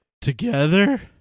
together